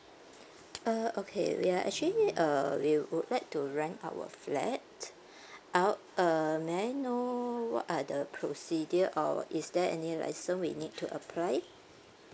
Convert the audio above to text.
uh okay we are actually uh we would like to rent our flat out err may I know what are the procedure or is there any license we need to apply